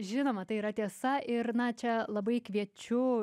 žinoma tai yra tiesa ir na čia labai kviečiu